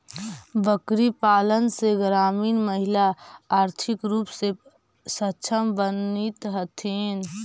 बकरीपालन से ग्रामीण महिला आर्थिक रूप से सक्षम बनित हथीन